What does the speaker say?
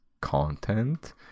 content